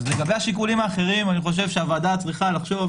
אז לגבי שיקולים אחרים, הוועדה צריכה לחשוב